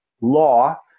law